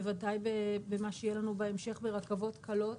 בוודאי במה שיהיה לנו בהמשך, רכבות קלות.